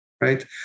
right